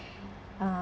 uh